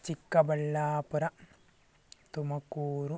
Chikkaballapur Tumakuru